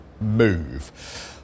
move